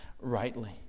rightly